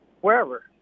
wherever